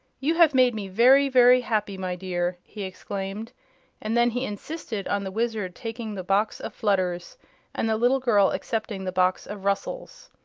you have made me very, very happy, my dear! he exclaimed and then he insisted on the wizard taking the box of flutters and the little girl accepting the box of rustles.